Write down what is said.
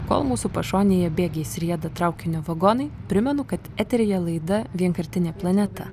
kol mūsų pašonėje bėgiais rieda traukinio vagonai primenu kad eteryje laida vienkartinė planeta